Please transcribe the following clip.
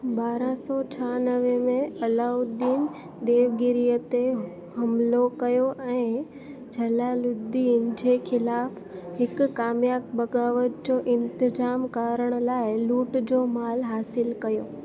ॿारहं सौ छ्हानवे में अलाउद्दीन देवगिरीअ ते हमिलो कयो ऐं जलालुद्दीन जे खिलाफ़ हिक कामयाबु बगावत जो इंतज़ाम करण लाइ लुट जो माल हासिल कयो